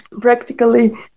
practically